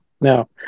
no